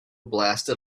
blasted